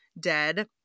dead